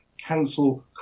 cancel